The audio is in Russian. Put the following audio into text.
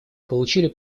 получили